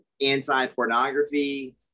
anti-pornography